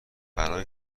برای